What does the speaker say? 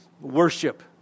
worship